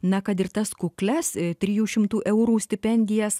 na kad ir tas kuklias trijų šimtų eurų stipendijas